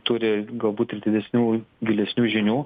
turi galbūt ir didesnių gilesnių žinių